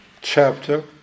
chapter